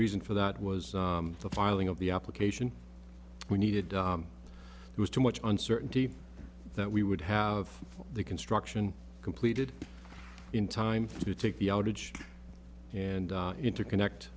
reason for that was the filing of the application we needed was to much uncertainty that we would have the construction completed in time to take the outage and interconnect